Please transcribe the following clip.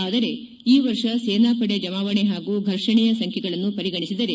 ಆದರೆ ಈ ವರ್ಷ ಸೇನಾಪಡೆ ಜಮಾವಣೆ ಹಾಗೂ ಫರ್ಷಣೆಯ ಸಂಖ್ಲೆಗಳನ್ನು ಪರಿಗಣಿಸಿದರೆ